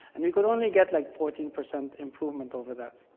and we could only get like fourteen percent improvement over that.